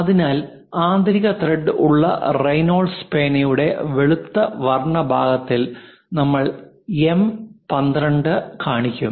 അതിനാൽ ആന്തരിക ത്രെഡ് ഉള്ള റെയ്നോൾഡ്സ് പേനയുടെ വെളുത്ത വർണ്ണ ഭാഗത്തിൽ നമ്മൾ എം 12 കാണിക്കും